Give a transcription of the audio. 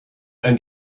and